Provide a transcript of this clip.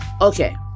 Okay